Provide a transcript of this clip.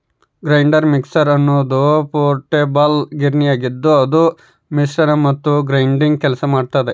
grinder mixer ಎನ್ನುವುದು portable ಗಿರಣಿಯಾಗಿದ್ದುಅದು ಮಿಶ್ರಣ ಮತ್ತು ಗ್ರೈಂಡಿಂಗ್ ಕೆಲಸ ಮಾಡ್ತದ